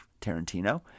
Tarantino